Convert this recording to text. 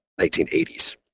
1980s